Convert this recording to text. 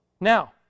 Now